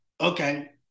okay